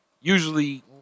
Usually